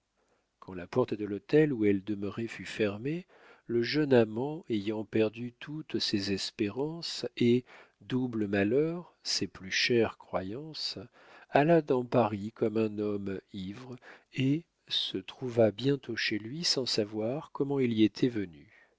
quand la porte de l'hôtel où elle demeurait fut fermée le jeune amant ayant perdu toutes ses espérances et double malheur ses plus chères croyances alla dans paris comme un homme ivre et se trouva bientôt chez lui sans savoir comment il y était venu